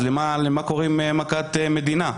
אז למה קוראים מכת מדינה?